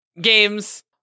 games